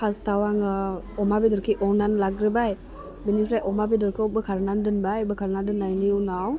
फास्टआव आङो अमा बेदरखि एवनानै लाग्रोबाय बिनिफ्राय अमा बेदरखौ बोखारनानै दोनबाय बोखारना दोननायनि उनाव